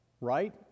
right